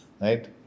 right